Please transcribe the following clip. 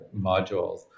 modules